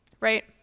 Right